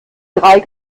drei